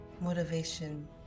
motivation